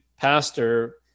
pastor